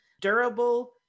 durable